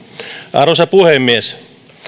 arvoisa puhemies